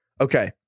Okay